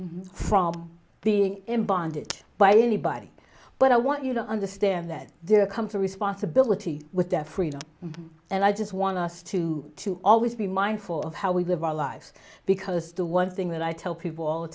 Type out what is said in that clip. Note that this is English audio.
freedom from the m binded by anybody but i want you to understand that there comes a responsibility with their freedom and i just want us to to always be mindful of how we live our lives because the one thing that i tell people all the